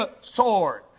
sword